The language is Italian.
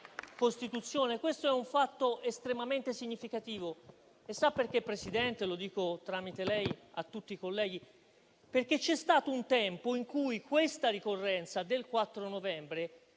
Questo è un fatto estremamente significativo perché - Presidente, lo dico tramite lei a tutti i colleghi - c'è stato un tempo in cui la ricorrenza del 4 novembre